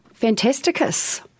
Fantasticus